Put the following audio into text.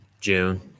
June